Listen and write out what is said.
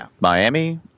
Miami